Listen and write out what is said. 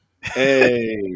Hey